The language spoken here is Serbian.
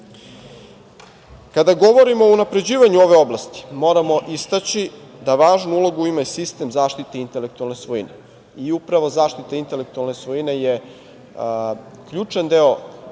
govorimo o unapređivanju ove oblasti moramo istaći da važnu ulogu ima i sistem zaštite intelektualne svojine. Upravo zaštita intelektualne svojine je ključan deo